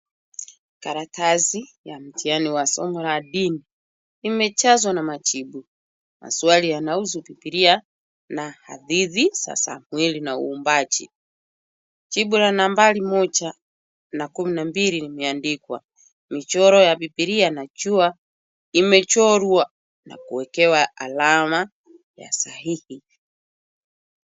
Karatasi ya mtihani wa somo la Dini imejazwa na majibu. Maswali yanahusu bibilia na hadithi za Samweli na uumbaji. Jibu ya nambari moja na kumi na mbili imeandikwa. Michoro ya bibilia na jua imechorwa na kuwekewa alama ya sahihi.